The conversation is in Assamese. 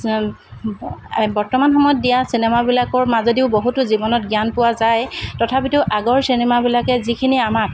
যেন বৰ্তমান সময়ত দিয়া চিনেমাবিলাকৰ মাজেদি বহুতো জীৱনত জ্ঞান পোৱা যায় তথাপিটো আগৰ চিনেমাবিলাকে যিখিনি আমাক